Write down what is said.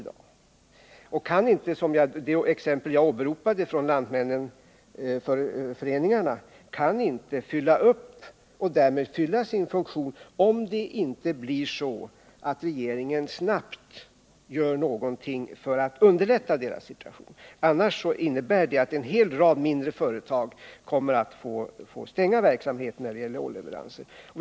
Det exempel på företag jag åberopade, Lantmännen, kan inte fylla sin funktion om inte regeringen snabbt gör någonting för att underlätta deras situation. Detta innebär annars att en hel rad mindre företag som levererar olja kommer att få upphöra med sin verksamhet.